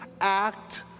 act